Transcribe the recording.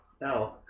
No